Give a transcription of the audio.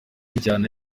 injyana